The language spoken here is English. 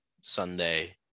sunday